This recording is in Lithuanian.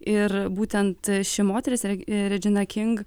ir būtent ši moteris re redžina king